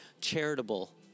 charitable